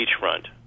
beachfront